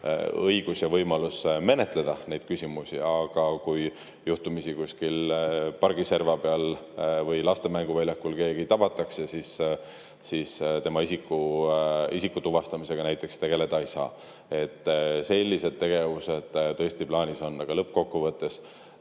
õigus ja võimalus menetleda neid küsimusi, aga kui juhtumisi kuskil pargiserval või laste mänguväljakul keegi tabatakse, siis näiteks tema isiku tuvastamisega tegeleda ei saa. Sellised tegevused tõesti plaanis on. Aga lõppkokkuvõttes